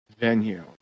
venue